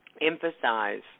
emphasize